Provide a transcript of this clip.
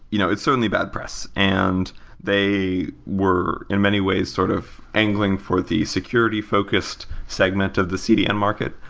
you know it's certainly a bad press, and they were, in many ways, sort of angling for the security focused segment of the cdm market.